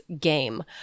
game